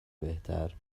بهتر